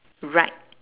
right